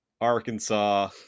arkansas